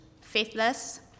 faithless